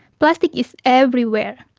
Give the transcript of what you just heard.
plastic is everywhere.